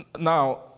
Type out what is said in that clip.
Now